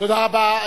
תודה רבה.